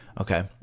okay